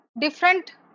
different